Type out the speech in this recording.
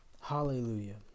Hallelujah